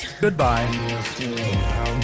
Goodbye